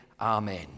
Amen